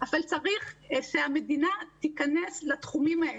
אבל צריך שהמדינה תיכנס לתחומים האלה.